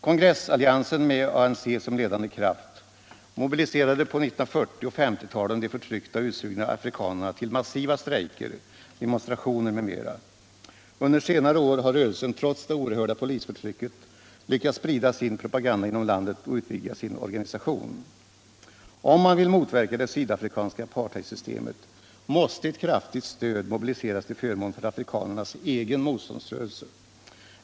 Kongressalliansen, med ANC som ledande kraft, mobiliserade på 1940 och 1950-talen de förtryckta och utsugna afrikanerna till massiva strejker, demonstrationer m.m. Under senare år har rörelsen trots det oerhörda polisförtrycket lyckas sprida sin propaganda inom landet och utvidga sin Organisation. Om man vill motverka det sydafrikanska apartheidsystemet måste ett kraftigt stöd mobiliseras till förmån för afrikanernas egen motståndsrörelse.